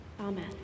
Amen